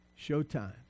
showtime